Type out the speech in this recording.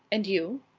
and you?